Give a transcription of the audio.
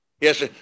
Yes